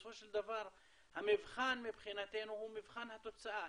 בסופו של דבר המבחן מבחינתנו הוא מבחן התוצאה.